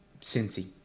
Cincy